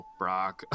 brock